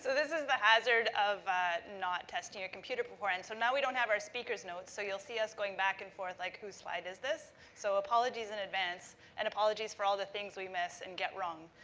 this is the hazard of not testing your computer before. and so, now we don't have our speakers' notes, so you'll see us going back and forth, like, who's slide is this? so, apologies in advance and apologies for all the things we miss and get wrong.